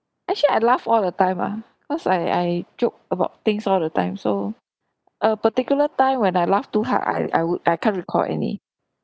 actually I laugh all the time ah because I I joke about things all the time so a particular time when I laugh too hard I I would I can't recall any